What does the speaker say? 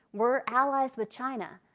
we're allies with china.